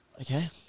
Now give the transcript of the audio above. Okay